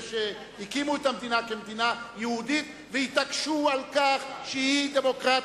אלה שהקימו את המדינה כמדינה יהודית והתעקשו על כך שהיא דמוקרטית,